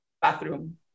bathroom